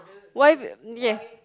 why pe~ ya